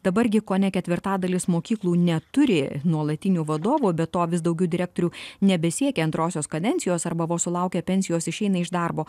dabar gi kone ketvirtadalis mokyklų neturi nuolatinių vadovų be to vis daugiau direktorių nebesiekia antrosios kadencijos arba vos sulaukę pensijos išeina iš darbo